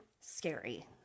scary